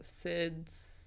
Sid's